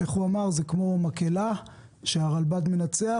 איך הוא אמר: זה כמו מקהלה שהרלב"ד מנצח,